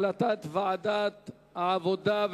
החלטת ועדת העבודה,